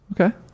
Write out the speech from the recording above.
Okay